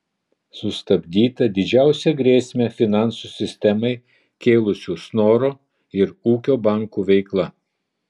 sustabdyta didžiausią grėsmę finansų sistemai kėlusių snoro ir ūkio bankų veikla